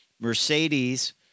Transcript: Mercedes